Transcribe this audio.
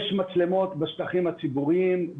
יש מצלמות בשטחים הציבוריים,